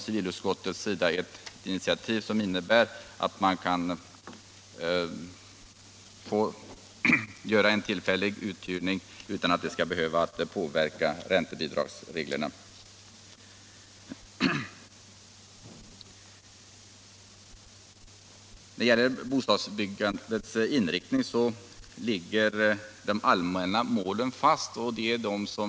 Civilutskottet tar ett initiativ som innebär att en tillfällig bostadsuthyrning inte skall behöva påverka räntebidragsreglerna. De allmänna målen för bostadsbyggandets inriktning ligger fast.